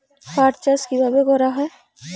পাট চাষ কীভাবে করা হয়?